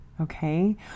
Okay